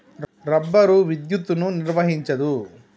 rubber విద్యుత్తును నిర్వహించదు